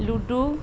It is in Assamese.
লুডো